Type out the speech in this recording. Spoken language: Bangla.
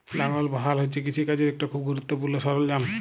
লাঙ্গল বা হাল হছে কিষিকাজের ইকট খুব গুরুত্তপুর্ল সরল্জাম